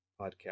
podcast